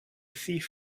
thief